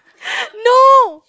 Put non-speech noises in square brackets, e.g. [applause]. [breath] no